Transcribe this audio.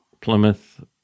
Plymouth